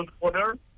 order